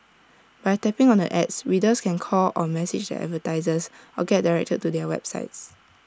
by tapping on the ads readers can call or message the advertisers or get directed to their websites